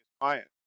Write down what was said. client